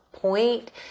point